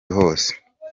hose